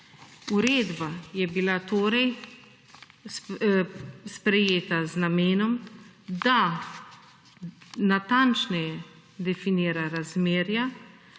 Uredba je bila torej sprejeta z namenom, da natančneje definira razmerja,